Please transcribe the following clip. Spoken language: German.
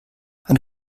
eine